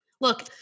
Look